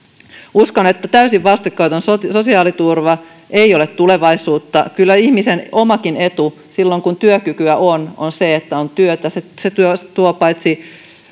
uskon että täysin vastikkeeton sosiaaliturva ei ole tulevaisuutta kyllä ihmisen omakin etu silloin kun työkykyä on on se että on työtä se se tuo paitsi